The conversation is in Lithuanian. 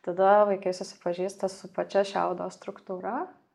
tada vaikai susipažįsta su pačia šiaudo struktūra